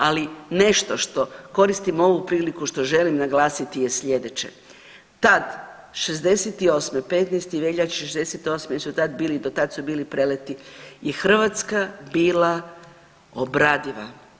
Ali nešto što koristim ovu priliku što želim naglasiti je sljedeće, tad '68. 15. veljače '68. su tad bili do tad su bili preleti i Hrvatska bila obradiva.